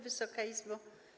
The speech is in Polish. Wysoka Izbo!